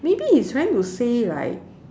maybe it's trying to say like